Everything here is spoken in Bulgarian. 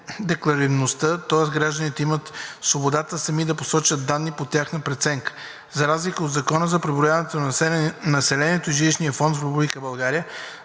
декларативността, тоест гражданите имат свободата сами да посочват данни по тяхна преценка. За разлика от Закона за преброяване на населението и жилищния фонд в Република